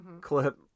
clip